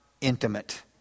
intimate